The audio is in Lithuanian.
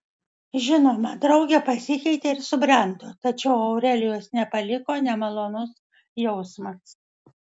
žinoma draugė pasikeitė ir subrendo tačiau aurelijos nepaliko nemalonus jausmas